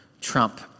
trump